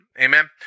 Amen